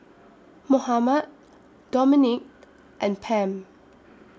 Mohamed Dominique and Pam